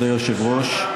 היושב-ראש,